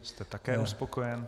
Jste také uspokojen?